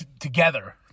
together